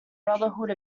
brotherhood